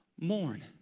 mourn